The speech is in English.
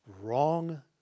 wrong